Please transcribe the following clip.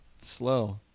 slow